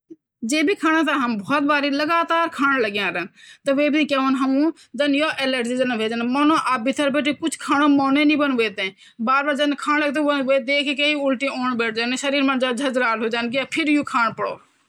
जन आम तौर म देखूँन हम त की ईब जू साल मा जन क़ददू छिन ई हमौर लौकी छिन हमा करेला छिन हमा जू गोभी छिन सब भिंडी छिन यू हमारा क्वे क्वे मेहनू मा मिलेंद अर आज कल त ग्रीनहाउस जू च सभी जगह मिलेला पर वन त यू कभी - कभी मिलन